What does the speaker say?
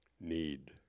Need